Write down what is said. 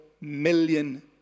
million